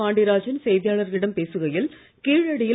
பாண்டியராஜன் செய்தியாளர்களிடம் பேசுகையில் கீழடி யில் திரு